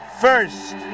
first